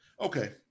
Okay